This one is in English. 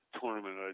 tournament